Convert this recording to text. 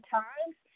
times